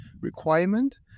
requirement